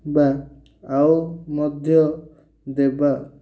ବା ଆଉ ମଧ୍ୟ ଦେବା